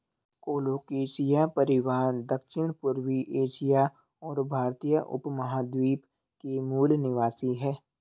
colocasia परिवार दक्षिणपूर्वी Asia और भारतीय उपमहाद्वीप के मूल निवासी है